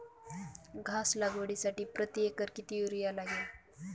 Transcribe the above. घास लागवडीसाठी प्रति एकर किती युरिया लागेल?